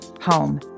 home